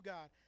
God